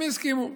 הם הסכימו.